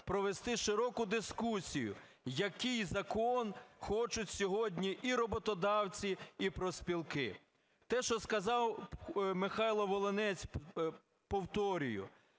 провести широку дискусію, який закон хочуть сьогодні і роботодавці, і профспілки. Те, що сказав Михайло Волинець, повторюю: